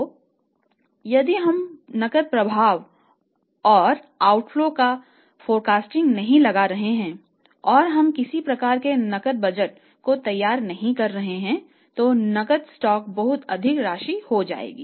तोयदि हम नकद प्रवाह और बहिर्वाह नहीं लगा रहे हैं और हम किसी प्रकार के नकद बजट की तैयारी नहीं कर रहे हैं तो नकद स्टॉक बहुत अधिक राशि हो जाएगी